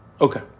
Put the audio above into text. Okay